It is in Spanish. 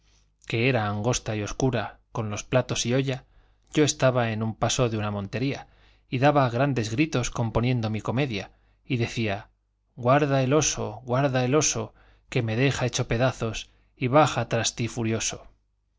que era angosta y oscura con los platos y olla yo estaba en un paso de una montería y daba grandes gritos componiendo mi comedia y decía guarda el oso guarda el oso que me deja hecho pedazos y baja tras ti furioso